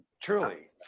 Truly